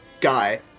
guy